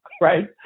right